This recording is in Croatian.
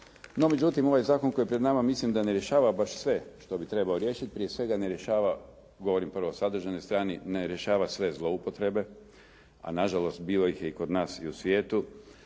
No međutim, ovaj zakon koji je pred nama mislim da ne rješava baš sve što bi trebao riješiti. Prije svega ne rješava govorim prvo o sadržajnoj strani ne rješava sve zloupotrebe, a na žalost bilo ih je i kod nas i u svijetu.